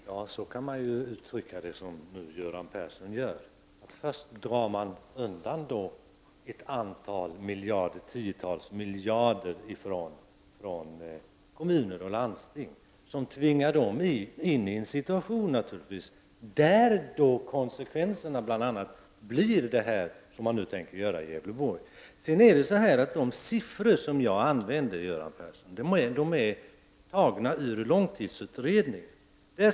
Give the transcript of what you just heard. Herr talman! Så kan man ju uttrycka det, som Göran Persson gör. Först drar man undan ett antal tiotal miljarder från kommuner och landsting, vilket naturligtvis tvingar in dem i en situation där konsekvenserna bl.a. blir de åtgärder man tänker vidta i Gävleborgs län. De siffror som jag använde, Göran Persson, är tagna ur långtidsutredningen.